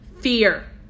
fear